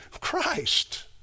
Christ